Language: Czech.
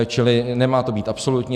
Čili nemá to být absolutní.